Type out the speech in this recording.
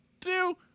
two